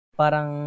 parang